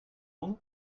monde